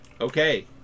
Okay